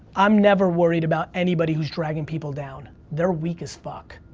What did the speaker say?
i'm never worried about anybody who's dragging people down. they're weak as fuck,